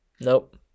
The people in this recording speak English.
Nope